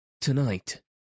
Tonight